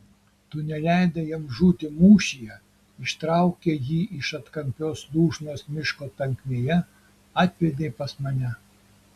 tu neleidai jam žūti mūšyje ištraukei jį iš atkampios lūšnos miško tankmėje atvedei pas mane